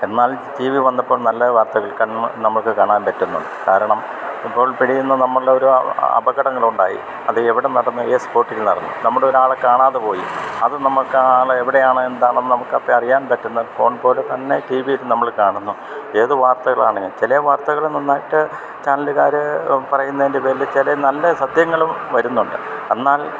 എന്നാൽ T V വന്നപ്പം നല്ല വാർത്തകൾ കണ്ണ് നമുക്ക് കാണാൻ പറ്റുന്നുണ്ട് കാരണം ഇപ്പോൾ പിടീന്ന് നമ്മൾടൊരു അപകടങ്ങൾ ഉണ്ടായി അത് എവിടെ നടന്നു ഏത് സ്പോട്ടിൽ നടന്നു നമ്മുടൊരാളെ കാണാതെ പോയി അത് നമുക്ക് ആ ആ ആളെവിടെയാണ് എന്താണന്ന് നമുക്കപ്പയറിയാൻ പറ്റുന്ന ഫോൺ പോലെ തന്നെ ടിവിയിൽ നമ്മള് കാണുന്നു ഏത് വാർത്തകളാണങ്കിൽ ചില വാർത്തകള് നന്നായിട്ട് ചാനലുകാര് പറയുന്നതിൻ്റെ പേരില് ചില നല്ല സത്യങ്ങളും വരുന്നുണ്ട് എന്നാൽ